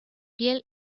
piel